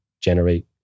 generate